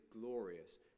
glorious